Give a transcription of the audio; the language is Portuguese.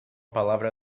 palavra